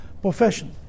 profession